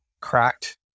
cracked